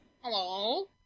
Hello